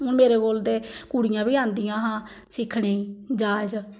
हून मेरे कौल ते कुड़ियां बी आंदिया हां सिक्खने गी जाह्च